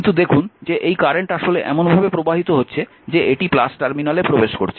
কিন্তু দেখুন যে এই কারেন্ট আসলে এমন ভাবে প্রবাহিত হচ্ছে যে এটি টার্মিনালে প্রবেশ করছে